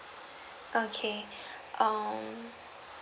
okay um